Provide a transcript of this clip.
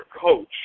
coach